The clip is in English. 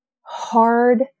hard